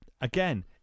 again